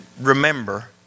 remember